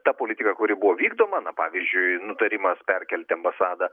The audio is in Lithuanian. ta politika kuri buvo vykdoma na pavyzdžiui nutarimas perkelti ambasadą